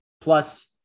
plus